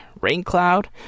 raincloud